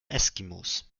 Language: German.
eskimos